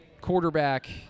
quarterback